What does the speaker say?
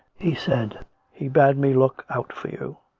he said he bade me look out for you.